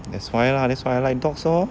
that's why lah that's why I like dogs lor